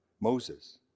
Moses